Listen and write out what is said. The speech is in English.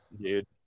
dude